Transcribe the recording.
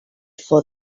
for